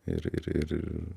ir ir ir